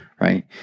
Right